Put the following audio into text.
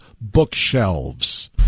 bookshelves